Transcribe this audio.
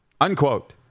Unquote